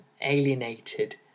alienated